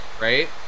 right